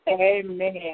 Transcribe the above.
Amen